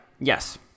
Yes